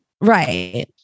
right